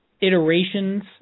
iterations